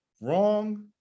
Wrong